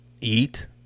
eat